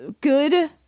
good